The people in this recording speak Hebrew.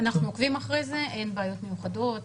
אנחנו עוקבים אחרי זה, אין בעיות מיוחדות.